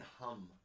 hum